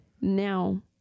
now